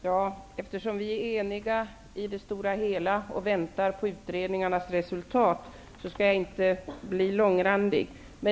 Herr talman! Eftersom vi i stort är eniga och väntar på resultatet av utredningarna skall jag inte bli långrandig.